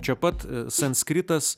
čia pat sanskritas